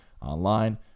Online